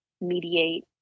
mediate